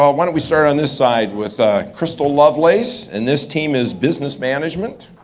ah why don't we start on this side with ah crystal lovelace, and this team is business management.